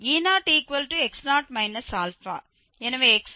e0x0 α எனவே x0